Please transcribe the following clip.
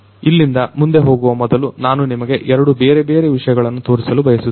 ಇಲ್ಲಿಂದ ಮುಂದೆ ಹೋಗುವ ಮೊದಲು ನಾನು ನಿಮಗೆ ಎರಡು ಬೇರೆ ಬೇರೆ ವಿಷಯಗಳನ್ನು ತೋರಿಸಲು ಬಯಸುತ್ತೇನೆ